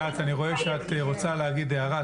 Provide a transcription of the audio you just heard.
ליאת, אני רואה שאת רוצה להגיד הערה.